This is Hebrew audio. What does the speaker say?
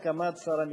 בהסכמת שר המשפטים.